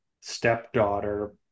stepdaughter